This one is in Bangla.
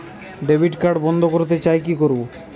ডেবিট কার্ড বন্ধ করতে চাই কি করব?